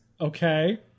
Okay